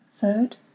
Third